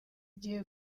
gihe